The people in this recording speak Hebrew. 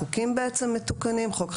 בעצם, מתוקנים כאן ארבעה חוקים.